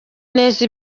neza